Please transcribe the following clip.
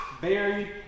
buried